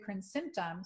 symptoms